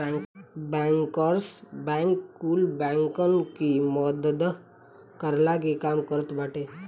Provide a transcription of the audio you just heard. bankers bank कुल बैंकन की मदद करला के काम करत बाने